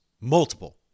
Multiple